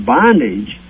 bondage